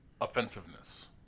offensiveness